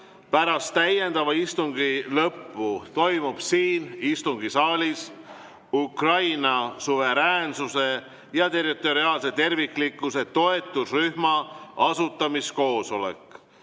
pärast täiendava istungi lõppu toimub siin istungisaalis Ukraina suveräänsuse ja territoriaalse terviklikkuse toetusrühma asutamiskoosolek.